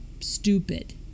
stupid